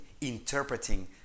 interpreting